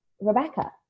Rebecca